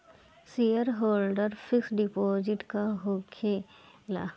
Shareholder fix deposit का होखे ला?